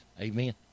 Amen